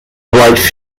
wife